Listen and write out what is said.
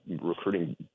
recruiting